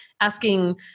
asking